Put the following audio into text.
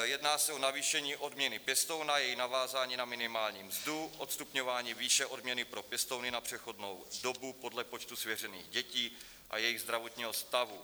Jedná se o navýšení odměny pěstouna, její navázání na minimální mzdu, odstupňování výše odměny pro pěstouny na přechodnou dobu podle počtu svěřených dětí a jejich zdravotního stavu.